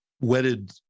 wedded